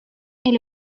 est